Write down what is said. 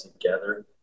together